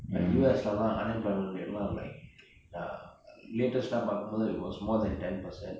like U_S எல்லா:ellaa unemployment rate latest பாக்கும்போது:paakumbothu it was more than ten percent